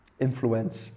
influence